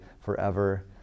forever